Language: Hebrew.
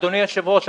אדוני היושב-ראש,